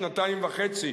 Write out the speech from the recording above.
שנתיים וחצי,